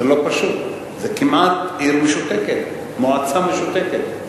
זה לא פשוט, זו עיר כמעט משותקת, מועצה משותקת.